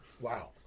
Wow